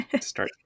Start